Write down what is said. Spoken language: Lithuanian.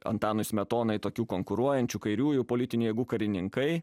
antanui smetonai tokių konkuruojančių kairiųjų politiniai jėgų karininkai